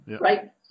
right